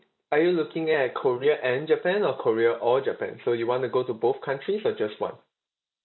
are you looking at korea and japan or korea or japan so you want to go to both countries or just one